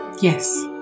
Yes